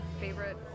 favorite